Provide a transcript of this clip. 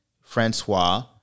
Francois